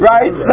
Right